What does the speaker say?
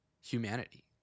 humanity